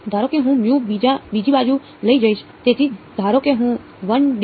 ધારો કે હું બીજી બાજુ લઈ જઈશ